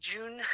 June